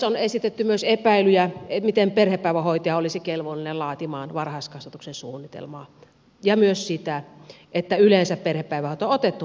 on esitetty myös epäilyjä miten perhepäivähoitaja olisi kelvollinen laatimaan varhaiskasvatuksen suunnitelmaa ja myös siitä että yleensä perhepäivähoito on otettu mukaan varhaiskasvatukseen